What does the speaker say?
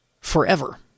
forever